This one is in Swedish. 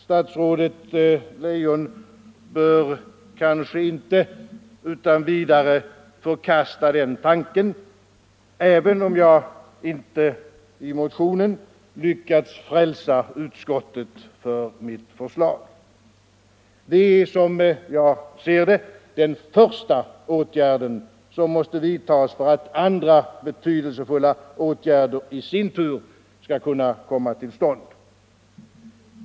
Statsrådet Leijon bör inte utan vidare förkasta den tanken, även om jag inte i motionen lyckats frälsa utskottet för mitt förslag. Det är som jag ser det den första åtgärd som måste vidtas för att andra betydelsefulla åtgärder i sin tur skall kunna komma till stånd.